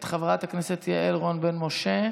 את חברת הכנסת יעל רון בן משה,